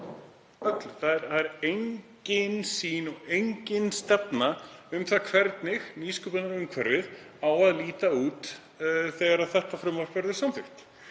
Það er engin sýn, engin stefna í því hvernig nýsköpunarumhverfið eigi að líta út þegar þetta frumvarp verður samþykkt.